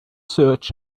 search